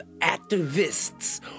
activists